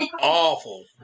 awful